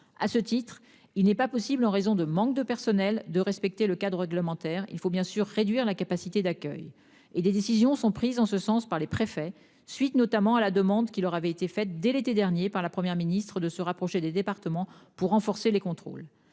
À ce titre, il n'est pas possible en raison de manque de personnel de respecter le cadre réglementaire. Il faut bien sûr réduire la capacité d'accueil et des décisions sont prises en ce sens par les préfets, suite notamment à la demande qui leur avait été faite dès l'été dernier par la Première ministre de se rapprocher des départements pour renforcer les contrôles,